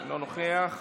אינו נוכח,